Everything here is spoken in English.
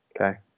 okay